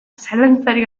zalantzarik